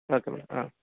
okay madam ah